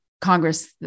Congress